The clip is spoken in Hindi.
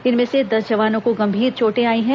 इनमें से दस जवानों को गंभीर चोटे आई हैं